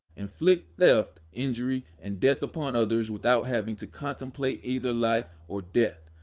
inflict theft, injury, and death upon others without having to contemplate either life or death.